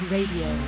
Radio